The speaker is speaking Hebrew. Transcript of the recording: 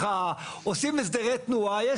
חוסמים חצי מדרכה, עושים הסדרי תנועה.